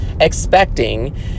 expecting